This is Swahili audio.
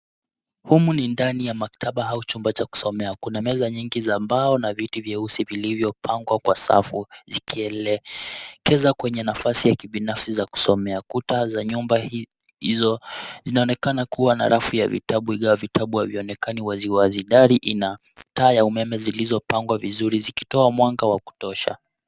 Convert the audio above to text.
Humu ni ndani ya maktaba au chumba cha kusomea. Kuna meza nyingi za mbao na viti vyeusi vilivyopangwa kwa safu, zikielekeza kwenye nafasi ya kibinafsi za kusomea. Kuta za nyumba hizo zinaonekana kuwa na rafu ya vitabu, ingawa vitabu havionekani wazi wazi. Dari ina taa ya umeme zilizopangwa vizuri zikitoa mwanga wa kutosha.